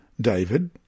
David